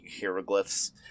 hieroglyphs